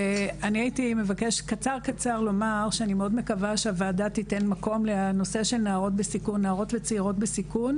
אני מאוד מקווה שהוועדה תיתן מקום לנושא של נערות וצעירות בסיכון.